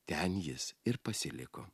ten jis ir pasiliko